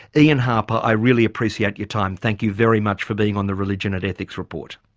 ian harper i really appreciate your time. thank you very much for being on the religion and ethics report.